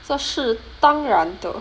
这是当然的